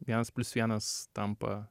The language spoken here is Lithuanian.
vienas plius vienas tampa